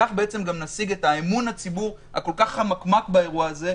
כך בעצם גם נשיג את אמון הציבור הכל כך חמקמק באירוע הזה.